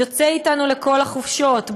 יוצא אתנו לכל החופשות,